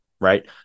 Right